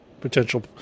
potential